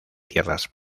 tierras